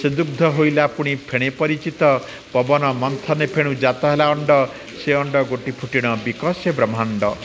ସେ ଦୁଗ୍ଧ ହୋଇଲା ପୁଣି ଫେଣେ ପରିଚିତ ପବନ ମନ୍ଥନେ ଫେଣୁ ଜାତ ହେଲା ଅଣ୍ଡ ସେ ଅଣ୍ଡ ଗୋଟି ଫୁଟିଣ ବିକଶ ବ୍ରହ୍ମାଣ୍ଡ